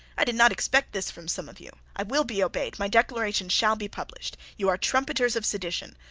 i did not expect this from some of you. i will be obeyed. my declaration shall be published. you are trumpeters of sedition.